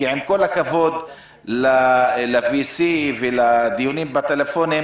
עם כל הכבוד ל-וי-סי ולדיונים בטלפונים,